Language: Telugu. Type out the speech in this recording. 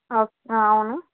ఓక్ అవును